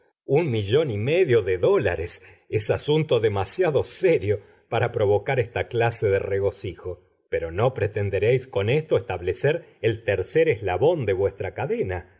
un millón y medio de dólares es asunto demasiado serio para provocar esta clase de regocijo pero no pretenderéis con esto establecer el tercer eslabón de vuestra cadena